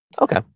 Okay